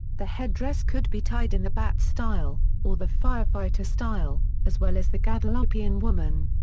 the headdress could be tied in the bat style, or the firefighter style, as well as the guadeloupean woman.